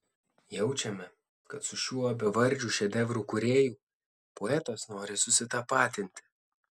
jaučiame kad su šiuo bevardžiu šedevrų kūrėju poetas nori susitapatinti